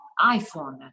iPhone